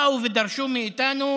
באו ודרשו מאיתנו